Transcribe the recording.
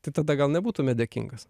tai tada gal nebūtumėt dėkingas